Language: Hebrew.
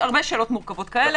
הרבה שאלות מורכבות כאלה.